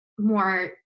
more